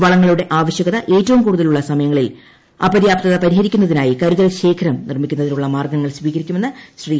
വളങ്ങളുടെ ആവശ്യകത ഏറ്റവും കൂടുതലുളള സമയങ്ങളിൽ അപര്യാപ്തത പരിഹരിക്കുന്നതിനായി കരുതൽ ശേഖരം നിർമ്മിക്കുന്നതിനുളള മാർഗ്ഗങ്ങൾ സ്വീകരിക്കുമെന്ന് ശ്രീ